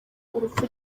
urupfu